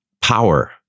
power